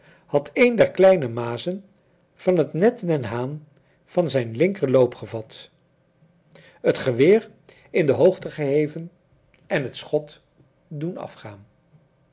had een der kleine mazen van het net den haan van zijn linker loop gevat het geweer in de hoogte geheven en het schot doen afgaan